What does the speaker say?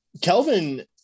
Kelvin